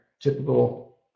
typical